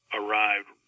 arrived